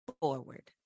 forward